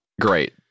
Great